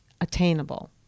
attainable